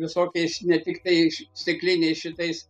visokiais ne tiktai š stikliniais šitais